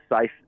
safe